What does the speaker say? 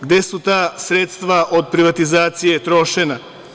Gde su ta sredstva od privatizacije trošena?